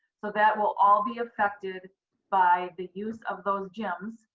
so, that will all be affected by the use of those gyms.